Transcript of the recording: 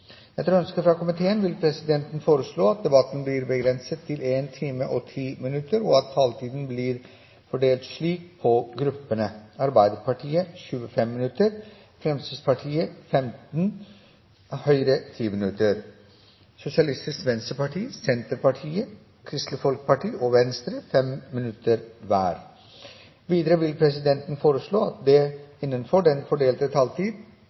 Etter ønske fra finanskomiteen vil presidenten foreslå at debatten blir begrenset til 1 time og 10 minutter, og at taletiden blir fordelt slik på gruppene: Arbeiderpartiet 25 minutter, Fremskrittspartiet 15 minutter, Høyre 10 minutter og Sosialistisk Venstreparti, Senterpartiet, Kristelig Folkeparti og Venstre 5 minutter hver. Videre vil presidenten foreslå at det